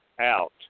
out